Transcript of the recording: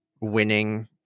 winning